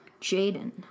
Jaden